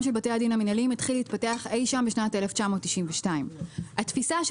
של בתי הדין המנהליים התחיל להתפתח אי שם בשנת 1992. התפיסה היא,